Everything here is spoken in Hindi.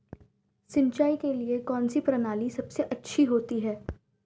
सिंचाई के लिए कौनसी प्रणाली सबसे अच्छी रहती है?